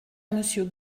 monsieur